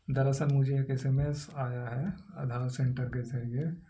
دراصل مجھے ایک ایس ایم ایس آیا ہے آدھار سینٹر کے ذریعے